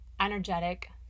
energetic